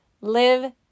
live